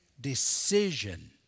decision